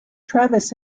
travis